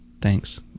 Thanks